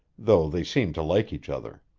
though they seemed to like each other.